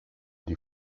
die